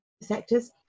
sectors